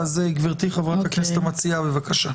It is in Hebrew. אז גברתי, חה"כ המציעה, בבקשה.